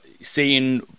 seeing